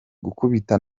gukubita